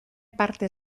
parte